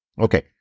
Okay